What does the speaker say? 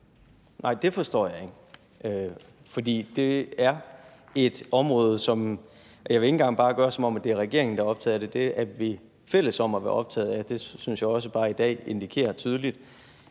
Nej, det forstår jeg ikke. For det er et område, vi er optaget af. Jeg vil ikke engang bare lade, som om det er regeringen, der er optaget af det, for det er vi fælles om at være optaget af. Det synes jeg også bare, at i dag indikerer tydeligt,